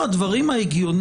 אבל פה רגע אני רוצה לומר לכן,